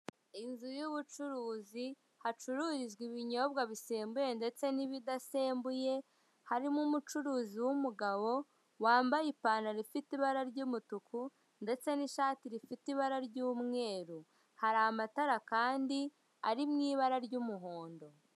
Inzu y'ubucuruzi hacururizwa ibinyobwa bisembuye ndetse n'ibidasembuye, harimo umucuruzi w'umugabo wambaye ipantaro ifite ibara ry'umutuku ndetse n'ishati rifite ibara ry'umweru, hari amatara kandi ari mu ibara ry'umuhondo.